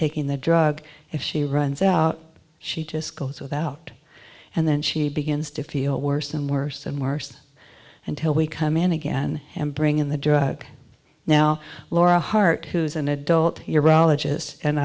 taking the drug if she runs out she just goes without and then she begins to feel worse and worse and worse until we come in again and bring in the drug now laura hart who is an adult your alleges and